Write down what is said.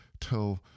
till